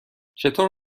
چطور